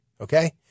Okay